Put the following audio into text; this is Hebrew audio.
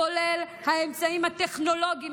כולל האמצעים הטכנולוגיים.